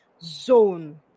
zone